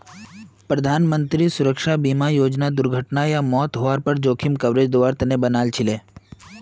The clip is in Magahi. प्रधानमंत्री सुरक्षा बीमा योजनाक दुर्घटना या मौत हवार पर जोखिम कवरेज दिवार तने बनाल छीले